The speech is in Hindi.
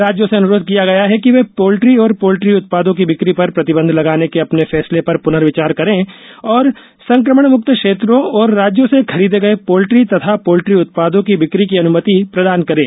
राज्यों से अनुरोध किया गया है कि वे पोल्ट्री और पोल्ट्री उत्पादों की बिक्री पर प्रतिबंध लगाने के अपने फैसले पर पुनर्विचार करें और संक्रमण मुक्त क्षेत्रों और राज्यों से खरीदे गये पोल्ट्री तथा पोल्ट्री उत्पादों की बिक्री की अनुमति प्रदान करें